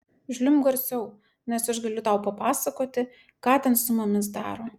žliumbk garsiau nes aš galiu tau papasakoti ką ten su mumis daro